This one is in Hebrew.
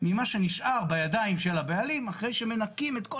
ממה שנשאר בידיים של הבעלים אחרי שמנכים את כל